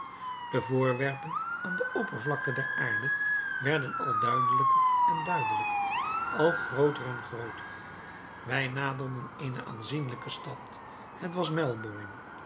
de voorwerpen aan de oppervlakte der aarde werden al duidelijker en duidelijker al grooter en grooter wij naderden eene aanzienlijke stad het was